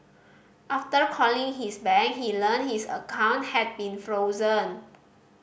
after calling his bank he learnt his account had been frozen